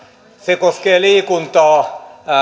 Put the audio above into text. se koskee liikuntaa